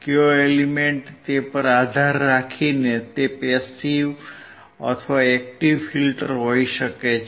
ક્યો એલીમેંટ છે તે પર આધાર રાખીને તે પેસીવ અથવા એક્ટીવ ફિલ્ટર હોઈ શકે છે